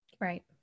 Right